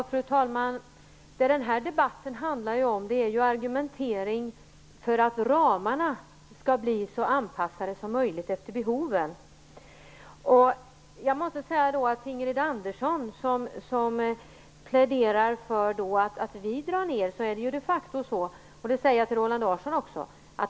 Fru talman! Den här debatten handlar om är argumentering för att ramarna skall bli så anpassade som möjligt efter behoven. Ingrid Andersson säger att vi kristdemokrater drar ner, och så är det de facto. Det säger jag också till Roland Larsson.